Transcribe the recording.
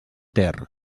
ter